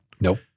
Nope